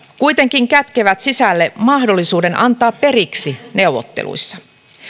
kuitenkin kätkevät sisälleen mahdollisuuden antaa periksi neuvotteluissa